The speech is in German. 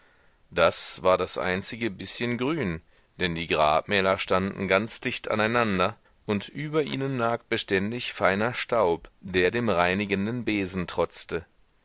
das war das einzige bißchen grün denn die grabmäler standen ganz dicht aneinander und über ihnen lag beständig feiner staub der dem reinigenden besen trotzte